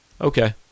okay